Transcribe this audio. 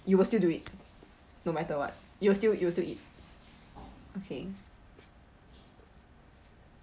you will still do it no matter what you'll still you'll still eat okay